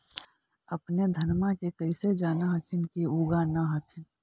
अपने धनमा के कैसे जान हखिन की उगा न हखिन?